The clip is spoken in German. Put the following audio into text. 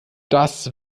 das